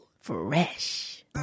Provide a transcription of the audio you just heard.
fresh